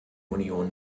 union